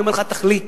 אני אומר לך: תחליט.